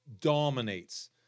dominates